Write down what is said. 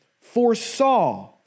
foresaw